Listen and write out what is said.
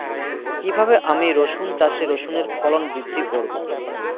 কীভাবে আমি রসুন চাষে রসুনের ফলন বৃদ্ধি করব?